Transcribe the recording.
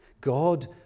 God